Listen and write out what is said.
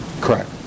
Correct